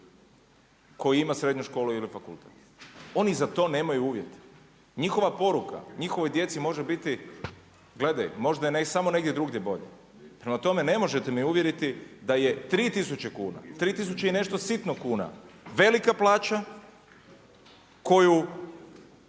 koji ima srednju školu ili fakultet. Oni za to nemaju uvjete. Njihova poruka njihovoj djeci može biti gledaj možda je samo negdje drugdje bolje. Prema tome, ne možete me uvjeriti da je 3000 kuna, 3000 i nešto sitno kuna velika plaća koju